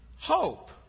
hope